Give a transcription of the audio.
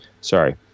Sorry